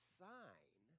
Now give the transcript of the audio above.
sign